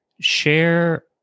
share